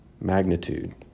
magnitude